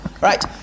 right